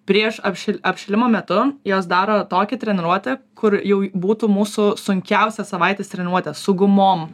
prieš apšilę apšilimo metu jos daro tokią treniruotę kur jau būtų mūsų sunkiausia savaitės treniruotė su gumom